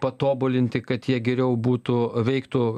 patobulinti kad jie geriau būtų veiktų